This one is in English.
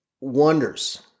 wonders